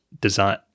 design